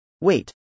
Wait